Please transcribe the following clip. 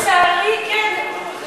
לצערי, כן.